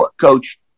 coach